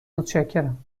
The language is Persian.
متشکرم